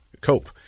cope